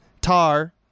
Tar